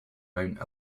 mount